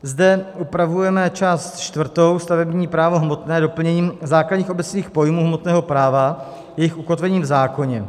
Zde upravujeme část čtvrtou, stavební právo hmotné, doplněním základních obecných pojmů hmotného práva, jejich ukotvením v zákoně.